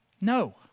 No